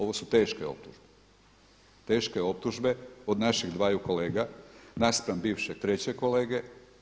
Ovo su teške optužbe, teške optužbe od naših dvaju kolega naspram bivšeg trećeg kolege.